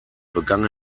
begann